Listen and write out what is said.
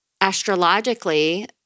Astrologically